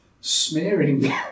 smearing